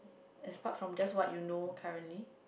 that's part from just what you know currently